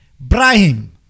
Brahim